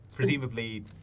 Presumably